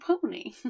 Pony